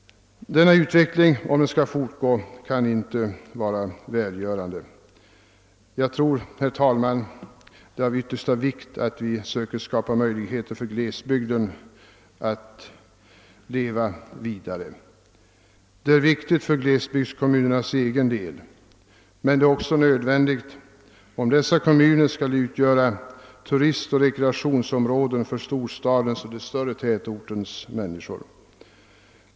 Det kan inte vara bra att denna utveckling får fortgå. Det är av yttersta vikt att vi försöker skapa möjligheter för glesbygden att leva vidare. Det är viktigt för glesbygdskommunernas eget vidkommande men det är även nödvändigt om dessa skall kunna utgöra turistoch rekreationsområden för storstadens och den större tätortens människor.